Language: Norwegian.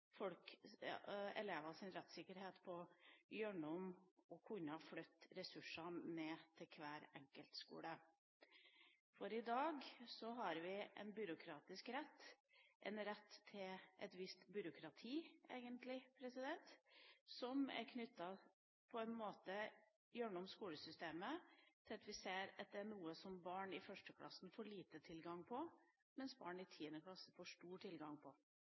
rettssikkerhet på gjennom å kunne flytte ressursene ned til hver enkelt skole. I dag har vi en byråkratisk rett – en rett til et visst byråkrati, egentlig – som er tilknyttet skolesystemet på en måte som gjør at vi ser at det er noe som barn i 1. klasse får lite tilgang på, mens barn i 10. klasse får stor tilgang på.